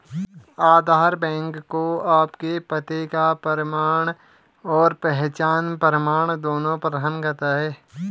आधार bank को आपके पते का प्रमाण और पहचान प्रमाण दोनों प्रदान करता है